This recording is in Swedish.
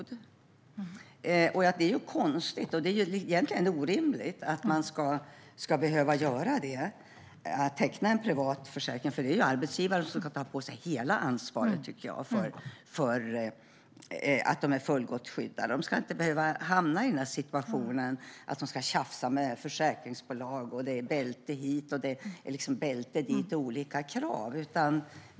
Det är både konstigt och orimligt att de ska behöva teckna en privat försäkring, för jag anser att arbetsgivaren ska ta på sig hela ansvaret för att de har fullgott skydd. De ska inte behöva tjafsa med försäkringsbolag om bälte hit och bälte dit och andra krav.